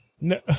No